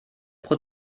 pro